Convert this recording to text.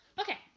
Okay